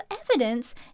evidence